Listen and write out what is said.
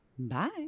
Bye